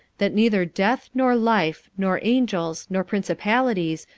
that neither death, nor life, nor angels, nor principalities,